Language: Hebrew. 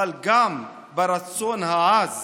אבל גם ברצון העז